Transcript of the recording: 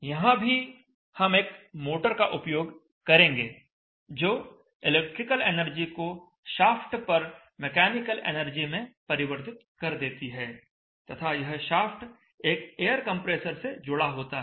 यहां भी हम एक मोटर का उपयोग करेंगे जो इलेक्ट्रिकल एनर्जी को शाफ्ट पर मैकेनिकल एनर्जी में परिवर्तित कर देती है तथा यह शाफ्ट एक एयर कंप्रेसर से जुड़ा होता है